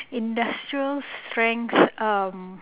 industrial strength um